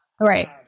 Right